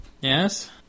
yes